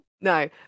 No